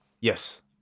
Yes